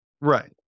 Right